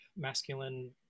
masculine